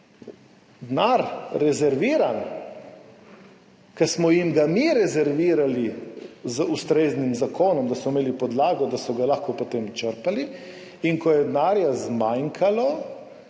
rezerviran denar, ki smo jim ga mi rezervirali z ustreznim zakonom, da so imeli podlago, da so ga lahko potem črpali, in ko je denarja zmanjkalo,